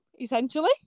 essentially